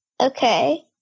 Okay